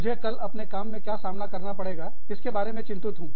मुझे कल अपने काम में क्या सामना करना पड़ेगा इसके बारे में चिंतित हूँ